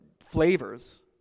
flavors